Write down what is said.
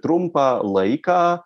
trumpą laiką